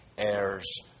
heirs